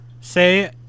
Say